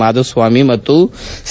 ಮಾಧುಸ್ವಾಮಿ ಮತ್ತು ಸಿ